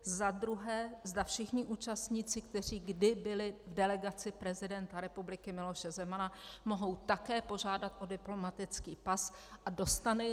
Za druhé, zda všichni účastníci, kteří kdy byli v delegaci prezidenta republiky Miloše Zemana, mohou také požádat o diplomatický pas a dostanou jej.